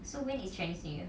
so when is chinese new year